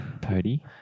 Pody